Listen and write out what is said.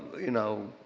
you know,